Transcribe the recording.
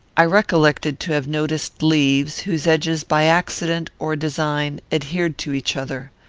i recollected to have noticed leaves whose edges by accident or design adhered to each other.